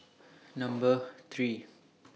Number three